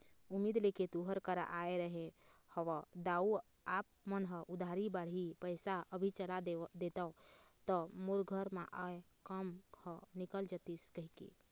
उम्मीद लेके तुँहर करा आय रहें हँव दाऊ आप मन ह उधारी बाड़ही पइसा अभी चला देतेव त मोर घर म आय काम ह निकल जतिस कहिके